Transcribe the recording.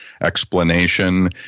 explanation